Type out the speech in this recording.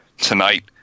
tonight